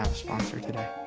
sponsor today.